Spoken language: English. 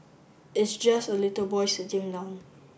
it's just a little boy sitting down